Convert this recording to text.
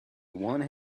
one